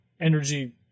energy